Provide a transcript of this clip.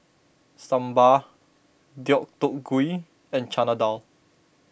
Sambar Deodeok Gui and Chana Dal